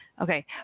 Okay